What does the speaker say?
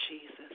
Jesus